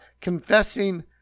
Confessing